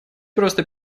просто